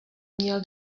měl